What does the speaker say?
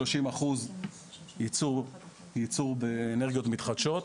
שלושים אחוז בייצור באנרגיות מתחדשות,